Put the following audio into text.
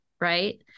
right